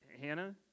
Hannah